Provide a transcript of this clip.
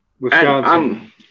Wisconsin